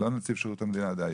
לא נציב שירות המדינה דהיום,